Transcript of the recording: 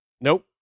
Nope